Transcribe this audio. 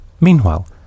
Meanwhile